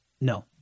No